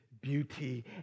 beauty